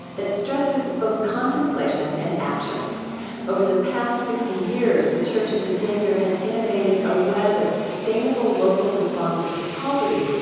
that stresses both contemplation and action over the past fifty years, the church of the savior has innovated a web of sustainable local responses to poverty,